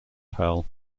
pell